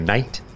Night